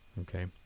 Okay